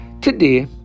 Today